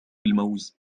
الموز